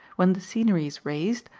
when the scenery is raised,